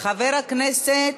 בעד, 30 חברי כנסת,